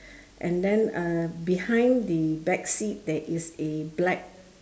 and then uh behind the back seat there is a black